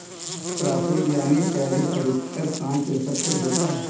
प्रशुल्क यानी टैरिफ अधिकतर पांच प्रतिशत तक होता है